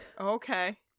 Okay